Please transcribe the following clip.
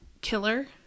killer